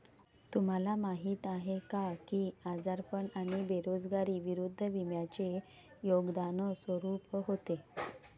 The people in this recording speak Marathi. तुम्हाला माहीत आहे का की आजारपण आणि बेरोजगारी विरुद्ध विम्याचे योगदान स्वरूप होते?